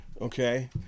okay